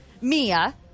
mia